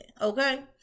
okay